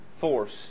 force